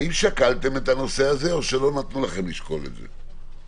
האם שקלתם את הנושא הזה או שלא נתנו לכם לשקול את זה?